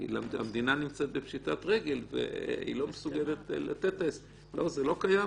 כי המדינה נמצאת בפשיטת רגל והיא לא מסוגלת לתת זה לא קיים?